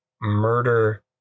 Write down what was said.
murder